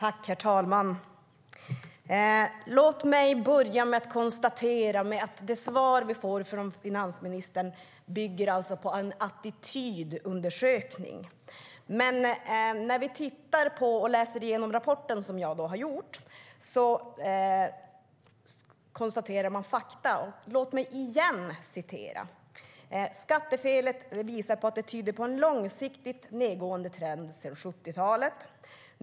Herr talman! Låt mig börja med att konstatera att det svar vi får från finansministern bygger på en attitydundersökning. När vi tittar på och läser igenom rapporten, som jag har gjort, ser vi att den konstaterar fakta: Skattefelet "tyder på en långsiktigt nedåtgående trend" sedan 70-talet.